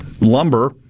Lumber